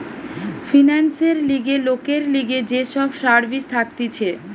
ফিন্যান্সের লিগে লোকের লিগে যে সব সার্ভিস থাকতিছে